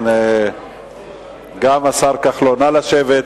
כן, גם השר כחלון, נא לשבת.